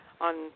on